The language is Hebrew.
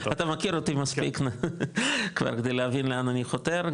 אתה מכיר אותי מספיק כדי להבין לאן אני חותר,